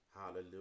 hallelujah